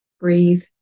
breathe